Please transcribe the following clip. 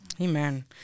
Amen